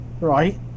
right